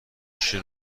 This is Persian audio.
شیشه